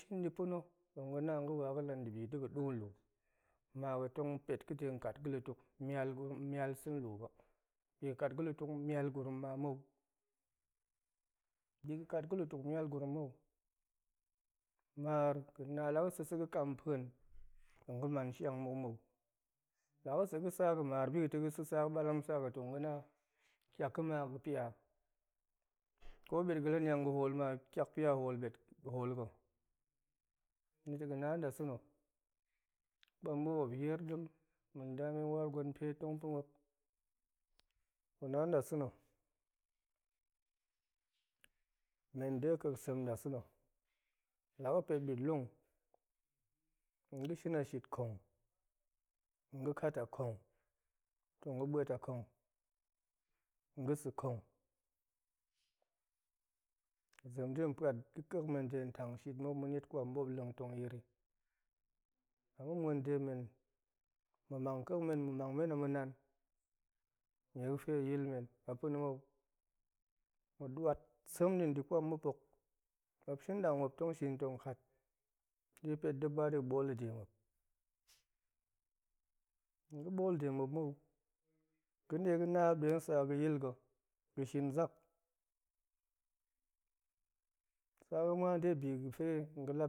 Shin di pa̱na̱ tong ga̱na ga̱ wa la debi dega̱ du lu ma ga̱ tong pet ga̱ kat ga̱ lutuk mial sa̱ lu ba bi ga̱ kat ga̱ lutuk mial gurum ma mou, bi ga̱ kat ga̱ lutuk mial gurum mou, maar ga̱na la ga̱ sa̱sa̱ ga̱ kampuen tong ga̱ man shang muk mou, laga̱ sa̱ ga̱sa ga̱ mar bi ga̱to ga̱ balam saga̱ tong ga̱ na, tiak ga̱ ma ga̱pia ko betga̱ la niang ga̱hol ma tiakpia holbet hol ga̱, nito ga̱na dasa̱ kwamɓa̱p ma̱p yir dem ma̱ nda men war dem pe tong pa̱ma̱p ga̱na dasa̱ men dekak sem dasa̱ la ga̱pet bitlung tong ga̱shin a shit kong? Tong ga̱ kat a kong? Tong ga̱ buet a kong? Nga̱ sa̱ kong? Ma̱ zemde ga̱ pa̱t ga̱ ƙa̱k men dega̱ tang shit mou ma̱ niet kwam ɓa̱p leng tong yiri la gumuan demen ma̱ mang ƙa̱k men ma̱ mang men a ma̱nan niefe a yilmen apa̱na̱ mou, ma̱ duat sem di dekwam ɓa̱p hok ma̱p shin dang ma̱p tong shin tong kat de pet de badega̱ ɓooli de ma̱p ga̱ ɓool dema̱p mou ga̱de tong ga̱na ma̱p de tong sa̱ ga̱yil ga̱, ga̱ shin zak sa ga̱ muan debi ga̱fe tong ga̱ lap,